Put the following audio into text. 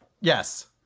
Yes